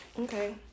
Okay